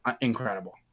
incredible